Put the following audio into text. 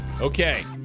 Okay